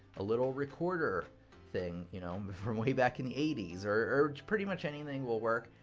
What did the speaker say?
a little recorder thing you know from way back in the eighty s or or pretty much anything will work.